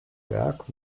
berg